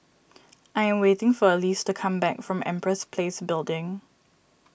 I am waiting for Elyse to come back from Empress Place Building